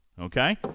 Okay